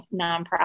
nonprofit